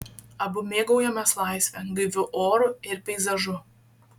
abu mėgaujamės laisve gaiviu oru ir peizažu